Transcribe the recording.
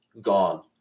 gone